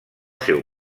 seu